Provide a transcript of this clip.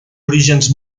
orígens